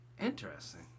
Interesting